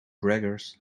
braggers